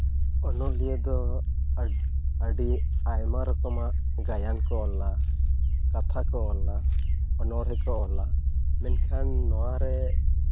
ᱚᱱᱚᱞᱤᱭᱟᱹ ᱫᱚ ᱟᱹᱰᱤ ᱟᱭᱢᱟ ᱨᱚᱠᱚᱢᱟᱜ ᱜᱟᱭᱟᱱ ᱠᱚ ᱚᱞᱟ ᱠᱟᱛᱷᱟ ᱠᱚ ᱚᱞᱟ ᱚᱱᱚᱬᱦᱮᱸ ᱠᱚ ᱚᱞᱟ ᱢᱮᱱᱠᱷᱟᱱ ᱱᱚᱣᱟ ᱨᱮ